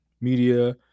media